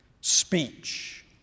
Speech